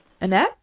Annette